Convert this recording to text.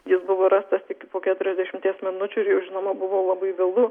jis buvo rastas tik po keturiasdešimties minučių ir jau žinoma buvo labai vėlu